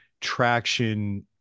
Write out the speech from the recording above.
traction